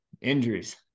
Injuries